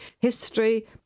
history